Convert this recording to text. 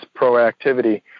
proactivity